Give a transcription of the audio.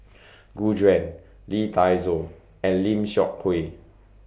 Gu Juan Lee Dai Soh and Lim Seok Hui